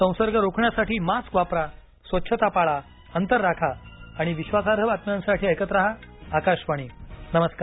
संसर्ग रोखण्यासाठी मास्क वापरा स्वच्छता पाळा अंतर राखा आणि विश्वासार्ह बातम्यांसाठी ऐकत रहा आकाशवाणी नमस्कार